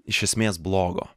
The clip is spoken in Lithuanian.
iš esmės blogo